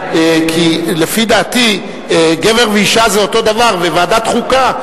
טרומית ותעבור להכנתה לקריאה ראשונה לוועדת החוקה,